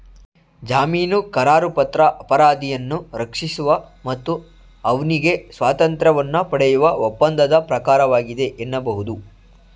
ಜಾಮೀನುಕರಾರುಪತ್ರ ಅಪರಾಧಿಯನ್ನ ರಕ್ಷಿಸುವ ಮತ್ತು ಅವ್ನಿಗೆ ಸ್ವಾತಂತ್ರ್ಯವನ್ನ ಪಡೆಯುವ ಒಪ್ಪಂದದ ಪ್ರಕಾರವಾಗಿದೆ ಎನ್ನಬಹುದು